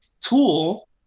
tool